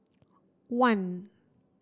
one